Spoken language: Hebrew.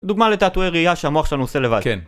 דוגמה לתעתועי ראייה שהמוח שלנו עושה לבד. כן.